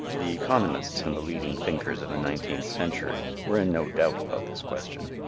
the economists and the leading thinkers of the nineteenth century were in no doubt about this question.